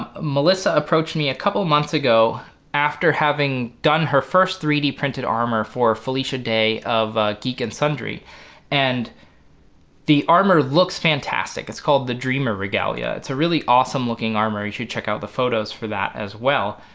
melissa approached me a couple months ago after having done her first three d printed armor for felicia day of geek and sundry and the armor looks fantastic. it's called the dreamer regalia. it's a really awesome looking armor you should check out the photos for that as well